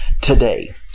today